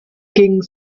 ging